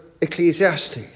Ecclesiastes